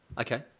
Okay